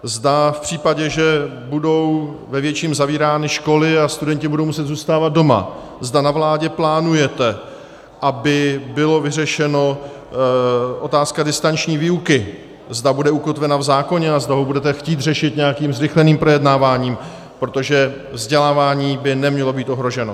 Zda v případě, že budou ve větším zavírány školy a studenti budou muset zůstávat doma, zda na vládě plánujete, aby byla vyřešena otázka distanční výuky, zda bude ukotvena v zákoně a zda to budete chtít řešit nějakým zrychleným projednáváním, protože vzdělávání by nemělo být ohroženo.